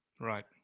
Right